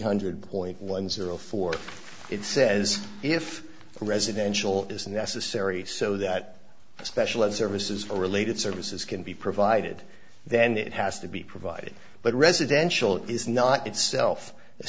point one zero four it says if residential is necessary so that a special of services for related services can be provided then it has to be provided but residential is not itself